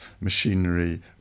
machinery